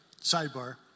sidebar